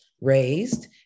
raised